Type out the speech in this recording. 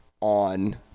on